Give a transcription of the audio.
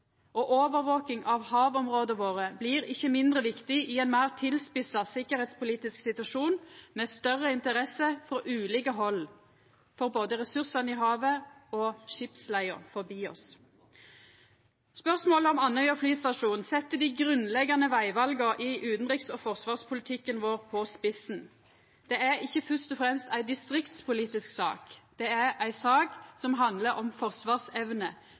Overvaking av havområda våre blir ikkje mindre viktig i ein meir tilspissa sikkerheitspolitisk situasjon, med større interesse frå ulike hald for både ressursanse i havet og skipsleia forbi oss. Spørsmålet om Andøya flystasjon set dei grunnleggjande vegvala i utanriks- og forsvarspolitikken vår på spissen. Det er ikkje fyrst og fremst ei distriktspolitisk sak, det er ei sak som handlar om forsvarsevne,